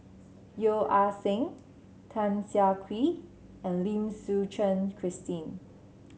Yeo Ah Seng Tan Siah Kwee and Lim Suchen Christine